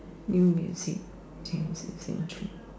new music you can change